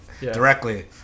directly